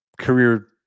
career